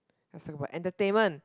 as in for entertainment